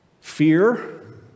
fear